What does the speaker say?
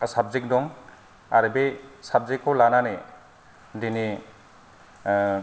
subject दं आरो बे साबजेक्टखौ लानानै दिनै